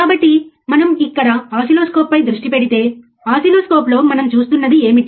కాబట్టి కొంతకాలం క్రితం నేను చెప్పినట్లు బ్రెడ్బోర్డులో చూద్దాం